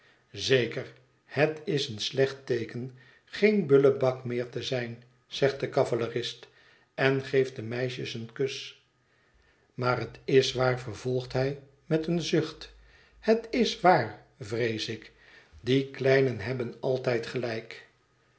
zeker het is een slecht teeken geen bullebak meer te zijn zegt de cavalerist en geeft de meisjes een kus maar het is waar vervolgt hij met een zucht het is waar vrees ik die kleinen hebben altijd gelijk